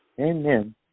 Amen